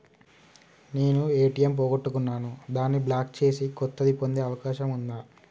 నేను ఏ.టి.ఎం పోగొట్టుకున్నాను దాన్ని బ్లాక్ చేసి కొత్తది పొందే అవకాశం ఉందా?